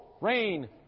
rain